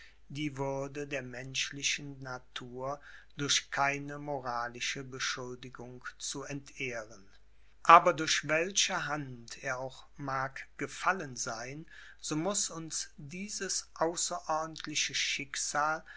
die würde der menschlichen natur durch keine moralische beschuldigung zu entehren aber durch welche hand er auch mag gefallen sein so muß uns dieses außerordentliche schicksal